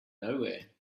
nowhere